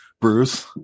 Bruce